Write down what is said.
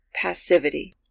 passivity